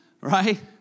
right